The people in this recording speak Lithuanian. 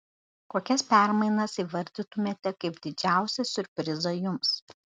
kokias permainas įvardytumėte kaip didžiausią siurprizą jums